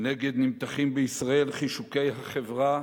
מנגד נמתחים בישראל חישוקי החברה